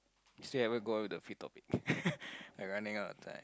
we still haven't go on with the free topic we're running out of time